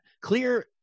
Clear